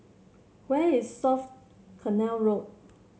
where is South Canal Road